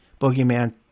Boogeyman